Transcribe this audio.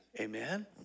Amen